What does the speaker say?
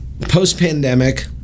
post-pandemic